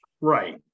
Right